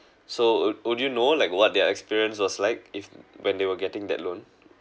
so wou~ would you know like what their experience was like if when they were getting that loan